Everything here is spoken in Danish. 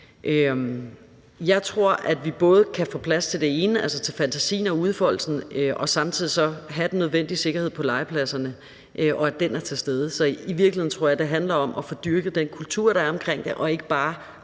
Jeg tror, at vi både kan få plads til fantasien og udfoldelsen og samtidig sikre, at den nødvendige sikkerhed på legepladserne er til stede. Så i virkeligheden tror jeg, det handler om at få dyrket den kultur, der er omkring det, og ikke bare